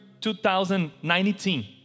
2019